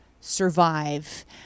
survive